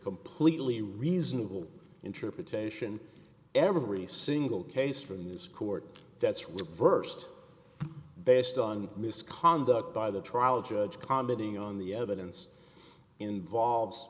completely reasonable interpretation every single case from this court that's reversed based on misconduct by the trial judge commenting on the evidence in the volves